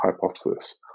hypothesis